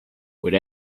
with